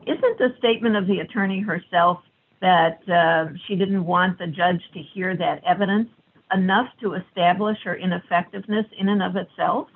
isn't the statement of the attorney herself that she didn't want the judge to hear that evidence enough to establish her ineffectiveness in and of itself